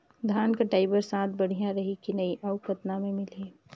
धान कटाई बर साथ बढ़िया रही की नहीं अउ कतना मे मिलही?